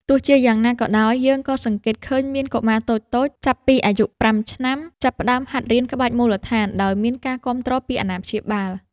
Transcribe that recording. ទោះជាយ៉ាងណាក៏ដោយ យើងក៏សង្កេតឃើញមានកុមារតូចៗចាប់ពីអាយុ ៥ ឆ្នាំ ចាប់ផ្ដើមហាត់រៀនក្បាច់មូលដ្ឋានដោយមានការគាំទ្រពីអាណាព្យាបាល។